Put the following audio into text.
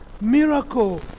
miracle